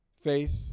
faith